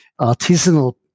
artisanal